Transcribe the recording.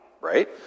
right